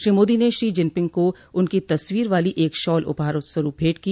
श्री मोदी ने Xi Jinping को उनकी तस्वीर वाली एक शॉल उपहार स्वरूप भेंट की